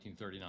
1939